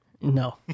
No